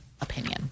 opinion